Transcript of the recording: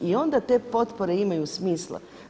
I onda te potpore imaju smisla.